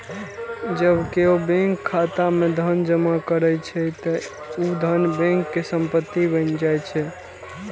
जब केओ बैंक खाता मे धन जमा करै छै, ते ऊ धन बैंक के संपत्ति बनि जाइ छै